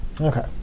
Okay